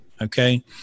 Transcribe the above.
okay